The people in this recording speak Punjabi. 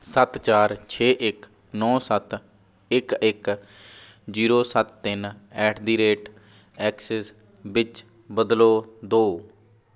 ਸੱਤ ਚਾਰ ਛੇ ਇੱਕ ਨੌ ਸੱਤ ਇੱਕ ਇੱਕ ਜ਼ੀਰੋ ਸੱਤ ਤਿੰਨ ਐਟ ਦੀ ਰੇਟ ਐਕਸਿਸ ਵਿੱਚ ਬਦਲ ਦਿਓ